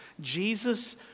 Jesus